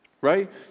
right